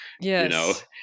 Yes